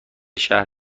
شهر